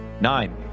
nine